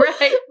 right